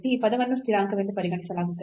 ಈ ಪದವನ್ನು ಸ್ಥಿರಾಂಕವೆಂದು ಪರಿಗಣಿಸಲಾಗುತ್ತದೆ